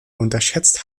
unterschätzt